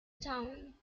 town